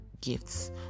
gifts